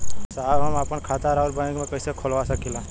साहब हम आपन खाता राउर बैंक में कैसे खोलवा सकीला?